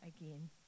again